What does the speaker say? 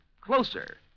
closer